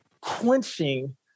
quenching